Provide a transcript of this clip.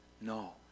No